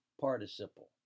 participle